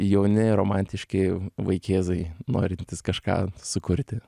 jauni romantiški vaikėzai norintys kažką sukurti